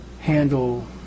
handle